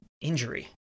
injury